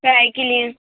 fry کے لئے